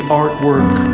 artwork